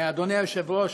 אדוני היושב-ראש,